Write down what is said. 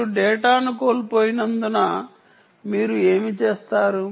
మీరు డేటాను కోల్పోయినందున మీరు ఏమి చేస్తారు